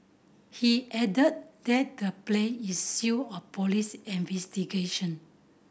he added that the place is sealed of police investigation